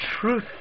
truth